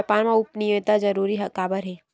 व्यापार मा गोपनीयता जरूरी काबर हे?